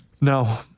No